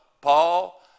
Paul